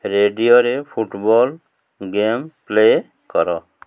ରେଡ଼ିଓରେ football game play କର